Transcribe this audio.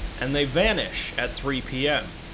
and they vanish at three pm,